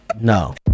No